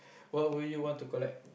what will you want to collect